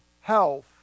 health